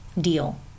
deal